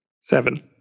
Seven